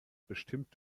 bestimmt